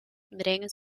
brengen